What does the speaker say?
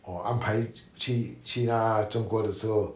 我安排去去那中国的时候